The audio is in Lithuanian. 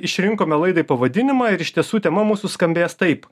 išrinkome laidai pavadinimą ir iš tiesų tema mūsų skambės taip